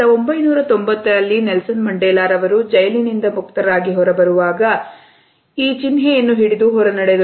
1990 ರಲ್ಲಿ Nelson Mandela ರವರು ಜೈಲಿನಿಂದ ಮುಕ್ತರಾಗಿ ಹೊರಬರುವಾಗ ಈ ಚಿನ್ಹೆಯನ್ನು ಹಿಡಿದು ಹೊರನಡೆದರು